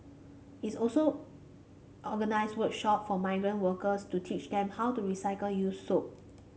it also organises workshop for migrant workers to teach them how to recycle used soap